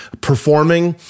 performing